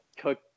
cook